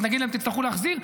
אז נגיד להם: תצטרכו להחזיר.